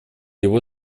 его